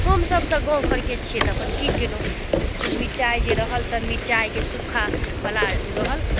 हमसब तऽ गामघरके छिए तऽ कि केलहुँ मिरचाइ जे रहल तऽ मिरचाइके सुखावला रहल